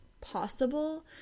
possible